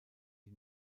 die